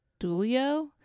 dulio